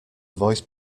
voice